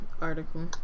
article